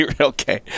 Okay